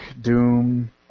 Doom